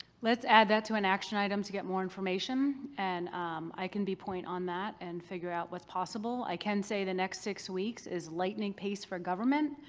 let's add that to an action item to get more information and um i can be point on that and figure out what's possible. i can say the next six weeks is lightning pace for government,